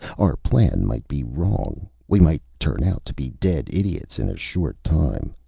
our plan might be wrong we might turn out to be dead idiots in a short time.